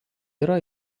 yra